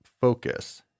focus